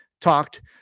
talked